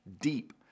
deep